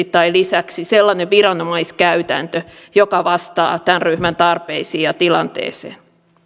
tai lisäksi sellainen viranomaiskäytäntö joka vastaa tämän ryhmän tarpeisiin ja tilanteeseen